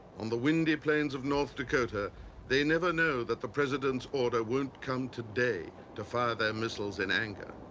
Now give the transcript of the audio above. on the windy plains of north dakota they never know that the president's order won't come today to fire their missiles in anger.